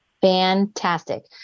Fantastic